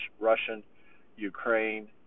Russian-Ukraine-